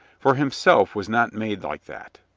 for himself was not made like that.